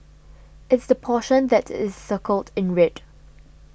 it's the portion that is circled in red